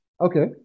Okay